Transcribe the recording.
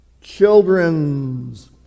children's